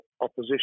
opposition